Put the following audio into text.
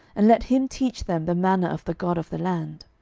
and let him teach them the manner of the god of the land.